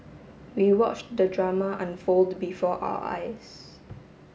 we watched the drama unfold before our eyes